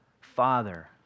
Father